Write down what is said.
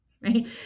right